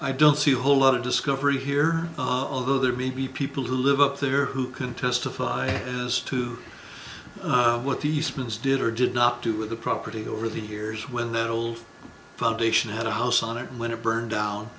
i don't see a whole lot of discovery here although there may be people who live up there who can testify as to what the spin is did or did not do with the property over the years when that old foundation had a house on it and when it burned down